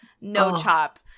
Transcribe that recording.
no-chop